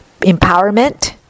empowerment